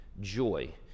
joy